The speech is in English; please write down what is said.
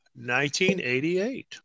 1988